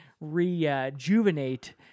rejuvenate